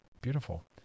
Beautiful